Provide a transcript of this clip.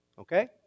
okay